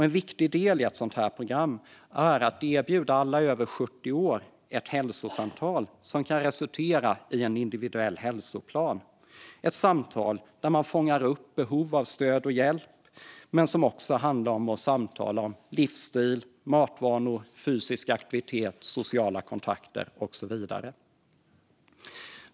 En viktig del i ett sådant program är att erbjuda alla som är över 70 år ett hälsosamtal som kan resultera i en individuell hälsoplan. Det skulle vara ett samtal för att fånga upp behov av stöd och hjälp men som också handlar om livsstil, såsom matvanor, fysisk aktivitet, sociala kontakter och så vidare.